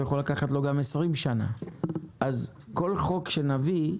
יכול לקחת לו גם 20 שנה אז כל חוק שנביא,